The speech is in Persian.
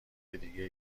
دیگه